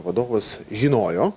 vadovas žinojo